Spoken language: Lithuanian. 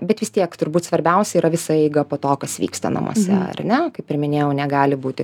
bet vis tiek turbūt svarbiausia yra visa eiga po to kas vyksta namuose ar ne kaip ir minėjau negali būti